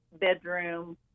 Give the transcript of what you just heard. bedroom